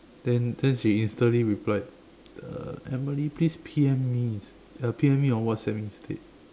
then then she instantly replied uh Emily please P_M me uh P_M me on WhatsApp instead